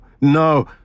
no